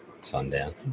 sundown